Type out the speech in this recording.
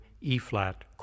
E-flat